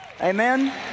Amen